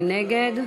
מי נגד?